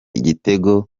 igitego